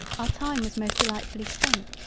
our time was most delightfully spent,